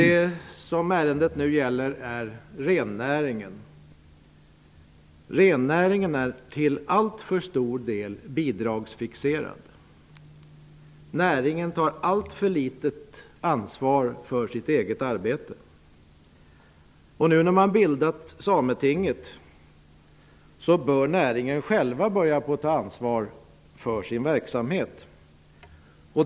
Det ärende vi behandlar gäller rennäringen. Rennäringen är till alltför stor del bidragsfixerad. Näringen tar alltför litet ansvar för sitt eget arbete. Nu när Sametinget bildats bör näringen självt börja få ta ansvar för sin verksamhet.